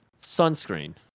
sunscreen